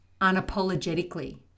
unapologetically